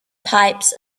pipes